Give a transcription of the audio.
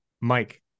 Mike